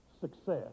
success